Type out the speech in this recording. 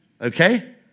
Okay